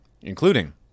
including